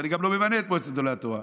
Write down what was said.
ואני גם לא ממנה את מועצת גדולי התורה,